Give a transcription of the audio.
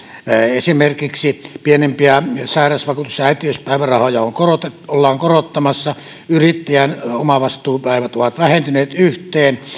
esimerkiksi pienimpiä sairausvakuutus ja äitiyspäivärahoja ollaan korottamassa yrittäjän omavastuupäivät ovat vähentyneet yhteen